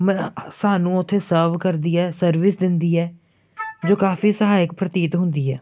ਮਲ ਸਾਨੂੰ ਉੱਥੇ ਸਰਵ ਕਰਦੀ ਹੈ ਸਰਵਿਸ ਦਿੰਦੀ ਹੈ ਜੋ ਕਾਫੀ ਸਹਾਇਕ ਪ੍ਰਤੀਤ ਹੁੰਦੀ ਹੈ